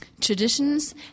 traditions